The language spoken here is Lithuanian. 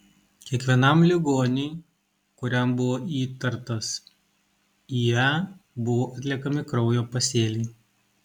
kiekvienam ligoniui kuriam buvo įtartas ie buvo atliekami kraujo pasėliai